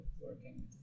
working